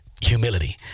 humility